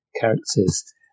characters